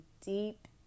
deep